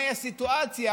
מהי הסיטואציה